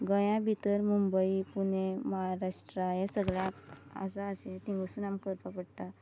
गोंयां भितर मुंबई पुणे महाराष्ट्रा हे सगळ्या आसा अशें तिंगसून आमकां करपा पडटा